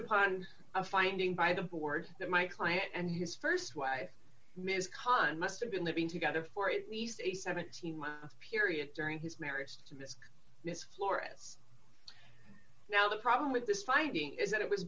upon a finding by the board that my client and his st wife ms khan must have been living together for at least a seventeen month period during his marriage to miss miss florence now the problem with this finding is that it was